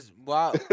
wow